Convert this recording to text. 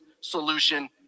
solution